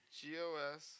G-O-S